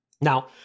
Now